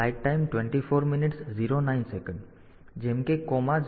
જેમ કે અલ્પવિરામ 0 ખસેડો